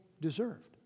deserved